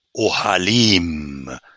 Ohalim